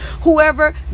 whoever